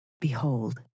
Behold